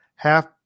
Half